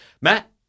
Matt